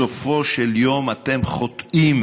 בסופו של יום אתם חוטאים